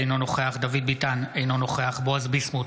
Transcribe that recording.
אינו נוכח דוד ביטן, אינו נוכח בועז ביסמוט,